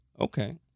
okay